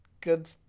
good